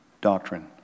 doctrine